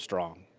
strong.